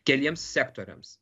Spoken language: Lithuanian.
keliems sektoriams